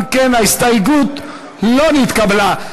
אם כן, ההסתייגות לא נתקבלה.